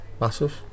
Massive